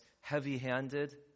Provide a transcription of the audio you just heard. heavy-handed